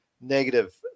negative